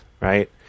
right